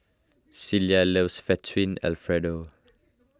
Cielo loves Fettuccine Alfredo